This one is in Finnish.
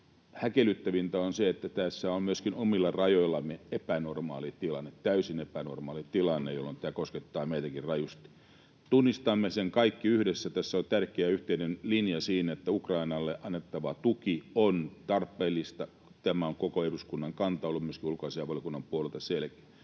Häkellyttävintä on se, että tässä on myöskin omilla rajoillamme epänormaali tilanne, täysin epänormaali tilanne, jolloin tämä koskettaa meitäkin rajusti. Tunnistamme sen kaikki yhdessä. Tässä on tärkeä yhteinen linja siinä, että Ukrainalle annettava tuki on tarpeellista. Tämä koko eduskunnan kanta on ollut myöskin ulkoasiainvaliokunnan puolelta selkeä.